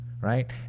Right